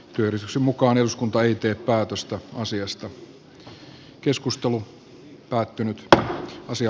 työjärjestyksen mukaan eduskunta ei tee päätöstä asiasta